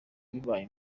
bibaye